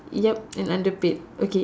yup and underpaid okay